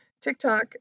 TikTok